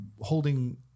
holding